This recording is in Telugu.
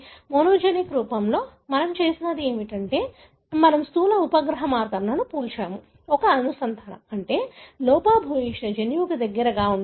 మోనోజెనిక్ రూపంలో మనం చేసినది ఏమిటంటే మనము స్థూల ఉపగ్రహ మార్కర్ను పోల్చాము ఒక అనుసంధానం అంటే లోపభూయిష్ట జన్యువుకు దగ్గరగా ఉంటుంది